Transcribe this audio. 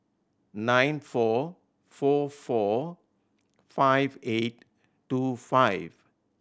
nine four four four five eight two five